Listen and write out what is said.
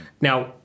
Now